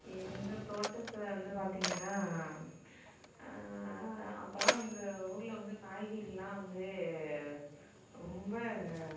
எங்கள் தோட்டத்தில் வந்து பார்த்தீங்கன்னா அப்போலாம் எங்கள் ஊரில் வந்து காய்கறிலாம் வந்து ரொம்ப